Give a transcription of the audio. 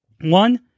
One